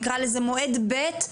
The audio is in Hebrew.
נקרא לזה מועד ב'.